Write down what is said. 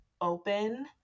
open